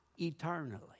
eternally